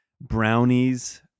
brownies